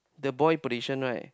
the boy position right